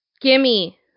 Gimme